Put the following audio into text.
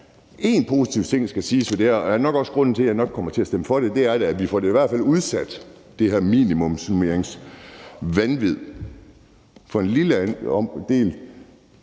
om det her, og det er nok også grunden til, at jeg nok kommer til at stemme for det, og det er, at vi i hvert fald får det her minimumsnormeringsvanvid udsat for en lille del